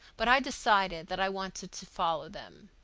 but i decided that i wanted to follow them.